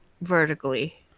vertically